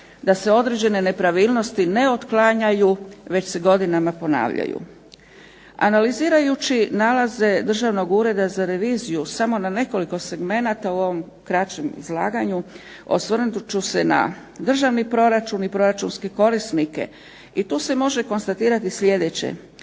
da se određene nepravilnosti ne otklanjaju već se godinama ponavljaju. Analizirajući nalaze Državnog ureda za reviziju samo na nekoliko segmenata u ovom kraćem izlaganju, osvrnut ću se na državni proračun i proračunske korisnike i tu se može konstatirati sljedeće,